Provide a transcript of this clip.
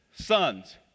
sons